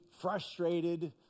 frustrated